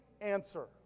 answer